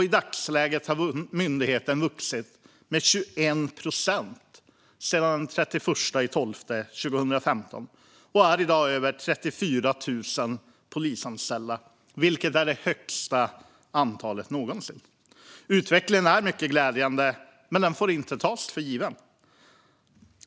I dagsläget har myndigheten vuxit med 21 procent sedan den 31 december 2015, och man är nu över 34 000 polisanställda, vilket är det största antalet någonsin. Utvecklingen är mycket glädjande, men den får inte tas för given.